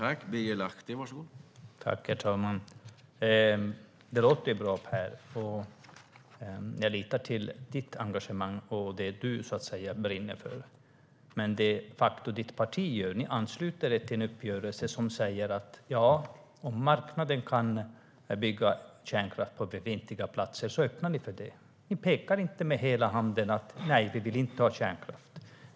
Herr talman! Det låter bra, Per. Jag litar på ditt engagemang och det du brinner för. Men det ditt parti de facto ansluter sig till är en uppgörelse där ni öppnar för att marknaden kan bygga kärnkraft på befintliga platser. Ni pekar inte med hela handen och säger: Nej, vi vill inte ha kärnkraft.